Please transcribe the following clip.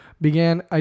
began